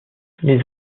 les